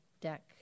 deck